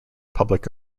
public